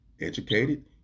educated